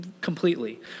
completely